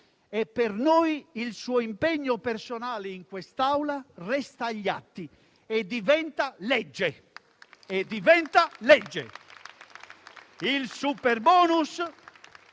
e per noi il suo impegno personale in quest'Aula resta agli atti e diventa legge. Il superbonus